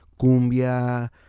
cumbia